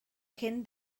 cyn